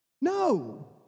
No